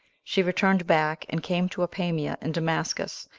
she returned back, and came to apamia and damascus,